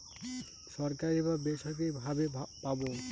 সরকারি বা বেসরকারি ভাবে পাবো